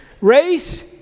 race